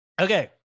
Okay